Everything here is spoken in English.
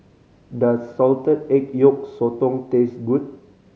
does salted egg yolk sotong taste good